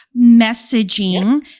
messaging